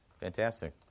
Fantastic